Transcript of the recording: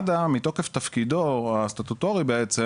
מד"א מתוקף תפקידו הסטטוטורי בעצם,